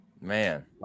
Man